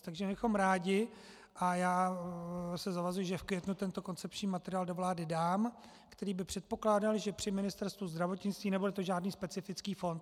Takže my bychom rádi, a já se zavazuji, že v květnu tento koncepční materiál do vlády dám, který by předpokládal, že při Ministerstvu zdravotnictví nebude to žádný specifický fond.